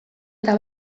eta